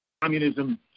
Communism